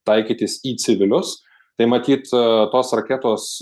taikytis į civilius tai matyt tos raketos